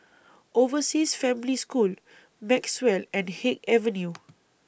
Overseas Family School Maxwell and Haig Avenue